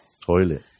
toilet